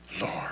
Lord